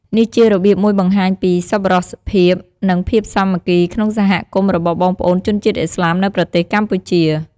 នេះជារបៀបមួយបង្ហាញពី សប្បុរសភាព និងភាពសាមគ្គីក្នុងសហគមន៍របស់បងប្អូនជនជាតិឥស្លាមនៅប្រទេសកម្ពុជា។